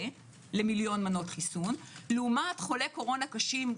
למיליון מנות חיסון לעומת חולי קורונה קשים,